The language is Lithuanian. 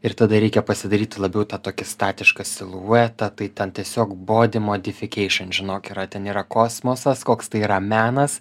ir tada reikia pasidaryti labiau tą tokį statišką siluetą tai ten tiesiog bodi modifikeišin žinok yra ten yra kosmosas koks tai yra menas